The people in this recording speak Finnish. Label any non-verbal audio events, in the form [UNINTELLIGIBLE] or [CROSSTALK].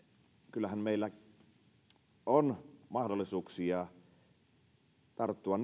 kyllähän meillä on mahdollisuuksia tarttua [UNINTELLIGIBLE]